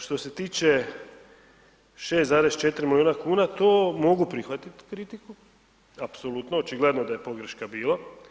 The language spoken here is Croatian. Što se tiče 6,4 milijuna kuna, to mogu prihvatit kritiku, apsolutno, očigledno da je pogreška bilo.